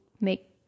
make